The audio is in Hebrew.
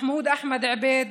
מחמוד אחמד עבד,